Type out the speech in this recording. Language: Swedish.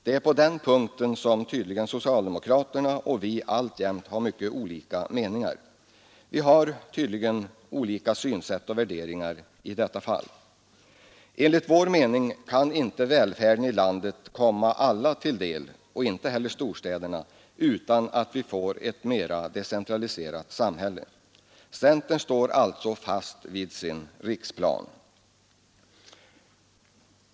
Det är på den punkten som socialdemokraterna och centern alltjämt tydligen har mycket olika meningar. Vi har olika synsätt och värderingar i detta fall. Enligt centerns mening kan inte välfärden i landet komma alla — alltså inte heller storstäderna — till del utan att vi får ett mera decentraliserat samhälle. Centern står alltså fast vid sin riksplan.